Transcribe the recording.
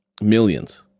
millions